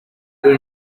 were